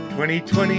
2020